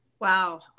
wow